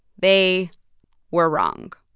they were wrong.